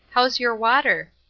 how's your water?